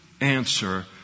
answer